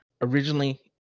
originally